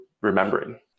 remembering